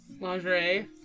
lingerie